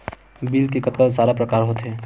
Bill के कतका सारा प्रकार होथे?